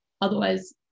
otherwise